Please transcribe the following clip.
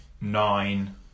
nine